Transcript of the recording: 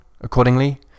accordingly